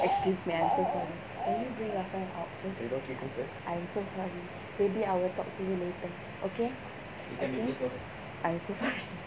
excuse me I'm so sorry can you bring outside I'm so sorry maybe I will talk to you later okay okay I'm so sorry